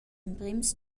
emprems